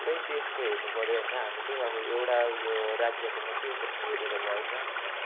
पुरै देशको हेर्नुपर्यो होइन हामीले अब एउटा यो राज्यको मात्रै हेरेर भएन